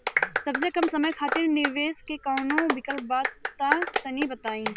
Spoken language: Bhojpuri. सबसे कम समय खातिर निवेश के कौनो विकल्प बा त तनि बताई?